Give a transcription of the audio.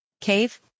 cave